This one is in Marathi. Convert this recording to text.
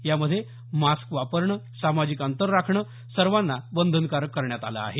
यामध्ये मास्क वापरणं सामाजिक अंतर राखणं सर्वांना बंधनकारक करण्यात आलं आहे